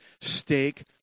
steak